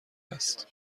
است